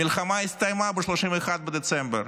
המלחמה הסתיימה ב-31 בדצמבר.